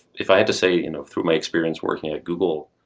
if i had to say you know through my experiencing working at google,